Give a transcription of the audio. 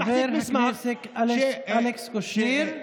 חבר הכנסת אלכס קושניר.